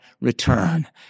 return